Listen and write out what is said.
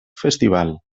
festival